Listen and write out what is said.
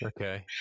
Okay